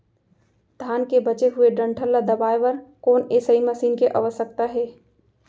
धान के बचे हुए डंठल ल दबाये बर कोन एसई मशीन के आवश्यकता हे?